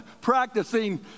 practicing